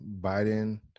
Biden